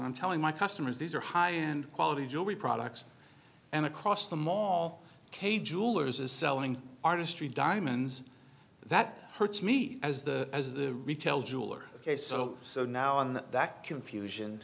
i'm telling my customers these are high end quality jewelry products and across them all cage jewelers is selling artistry diamonds that hurts me as the as the retail jeweler ok so so now on that confusion